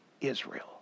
Israel